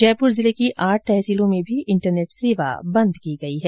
जयपुर जिले की आठ तहसीलों में भी इंटरनेट सेवा बंद की गई है